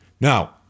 Now